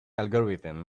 algorithms